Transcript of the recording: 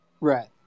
right